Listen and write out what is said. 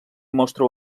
mostra